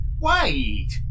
Wait